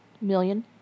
million